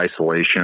isolation